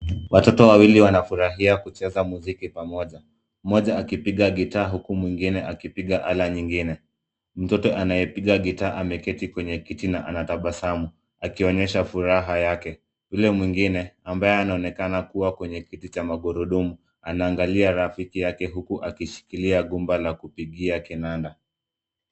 Watoto wawili wanafurahia kucheza mziki pamoja. Mmoja akipiga gita huku mwingine akipiga ala nyingine. Mtoto anayepiga gita ameketi kwenye kiti na anatabasamu akionyesha furaha yake, yule mwingine ambaye anaonekana kuwa kwenye kiti cha magurudumu anaangalia rafiki yake huku akishikilia gumba la kupigia kinanda.